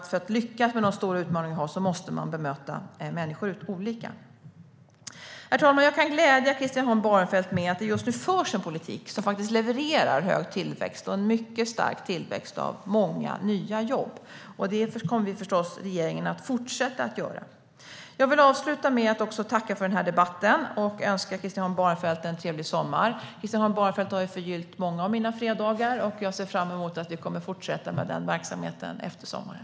För att lyckas med de stora utmaningar vi har tror jag att man måste bemöta människor olika. Herr talman! Jag kan glädja Christian Holm Barenfeld med att det just nu förs en politik som faktiskt levererar hög tillväxt och en mycket stark tillväxt av nya jobb. Den politiken kommer regeringen förstås att fortsätta föra. Jag vill avsluta med att också tacka för debatten och önska Christian Holm Barenfeld en trevlig sommar. Christian Holm Barenfeld har ju förgyllt många av mina fredagar, och jag ser fram emot att vi fortsätter med den verksamheten efter sommaren.